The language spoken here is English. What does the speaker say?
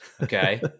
Okay